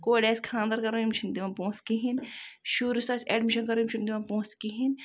کورِ آسہِ خاندر کَرُن یِم چھِنہٕ دِوان پوٛنسہٕ کِہیٖنۍ شُرِس آسہِ ایڈمِشَن کَرُن یِم چھِنہٕ دِوان پوٛنسہٕ کِہیٖنۍ